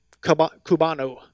cubano